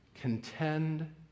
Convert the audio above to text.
contend